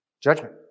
judgment